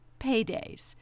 paydays